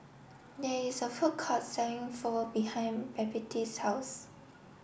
there is a food court selling Pho behind Babette's house